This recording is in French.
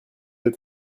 êtes